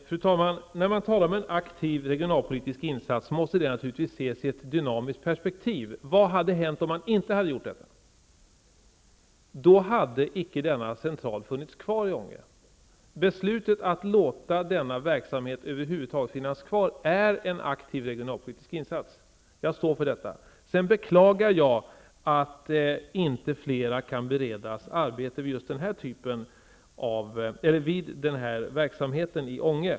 Fru talman! När man talar om en aktiv regionalpolitisk insats måste detta naturligtvis ses ur ett dynamiskt perspektiv. Vad hade hänt om man inte hade gjort detta? Då hade denna central icke funnits kvar i Ånge. Beslutet att över huvud taget låta denna verksamhet finnas kvar är en aktiv regionalpolitisk insats. Jag står för detta. Sedan beklagar jag att inte flera kan beredas arbete när det gäller just verksamheten i Ånge.